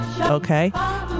okay